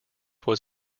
was